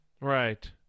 Right